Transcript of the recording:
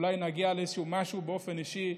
אולי נגיע למשהו באופן אישי.